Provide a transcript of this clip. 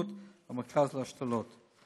הבריאות והמרכז להשתלות.